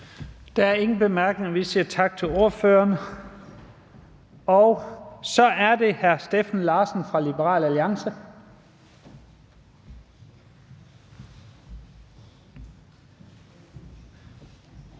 Der er ingen korte bemærkninger. Vi siger tak til ordføreren. Så er det hr. Steffen Larsen fra Liberal Alliance.